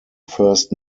first